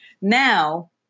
Now